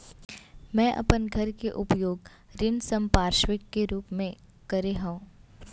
मै अपन घर के उपयोग ऋण संपार्श्विक के रूप मा करे हव